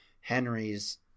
henry's